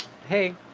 hey